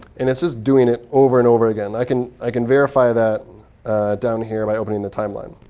and it's just doing it over and over again. i can i can verify that down here by opening the timeline.